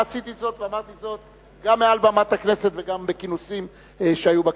ועשיתי זאת ואמרתי זאת גם מעל במת הכנסת וגם בכינוסים שהיו בכנסת.